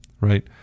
right